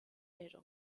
est